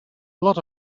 lot